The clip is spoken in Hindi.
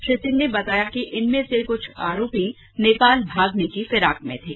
श्री सिंह ने बताया कि इनमें से कुछ आरोपी नेपाल भागने की फिराक में थे